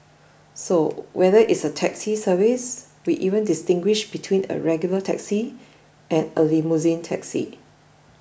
so whether it's a taxi service we even distinguish between a regular taxi and a limousine taxi